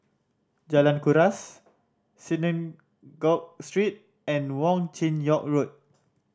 Jalan Kuras Synagogue Street and Wong Chin Yoke Road